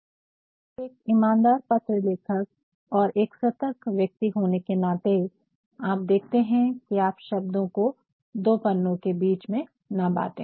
तो एक ईमानदार पत्र लेखक और एक सतर्क व्यक्ति होने के नाते आप देखते है की आप शब्दों को दो पन्नो के बीच न बांटे